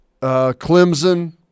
Clemson